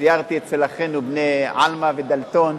סיירתי אצל אחינו בני עלמה ודלתון,